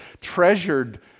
treasured